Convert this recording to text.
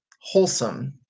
wholesome